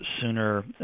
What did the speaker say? sooner